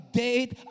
date